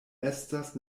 estas